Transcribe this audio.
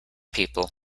people